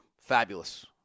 fabulous